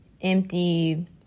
empty